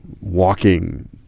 walking